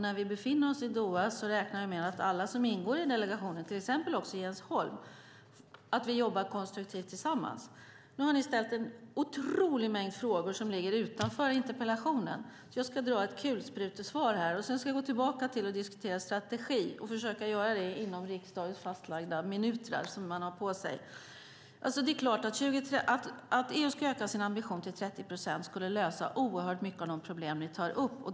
När vi befinner oss i Doha räknar vi med att alla som ingår i delegationen, till exempel också Jens Holm, jobbar konstruktivt tillsammans. Nu har ni ställt en otrolig mängd frågor som ligger utanför interpellationen, så jag ska ge ett kulsprutesvar här och ska sedan gå tillbaka till att diskutera strategi och försöka göra det inom de av riksdagens fastlagda minuter som man har på sig. Om EU ökar sin ambition till 30 procent skulle det lösa många av de problem som vi tar upp.